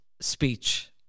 speech